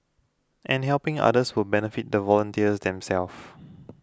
and helping others will benefit the volunteers themselves